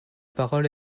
parole